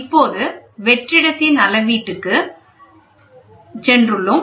இப்போது வெற்றிடத்தின் அளவீட்டுக்குச் சென்றுள்ளோம்